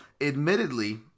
admittedly